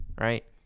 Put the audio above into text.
Right